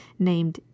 named